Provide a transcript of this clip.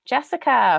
Jessica